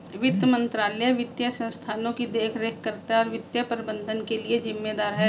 वित्त मंत्रालय वित्तीय संस्थानों की देखरेख करता है और वित्तीय प्रबंधन के लिए जिम्मेदार है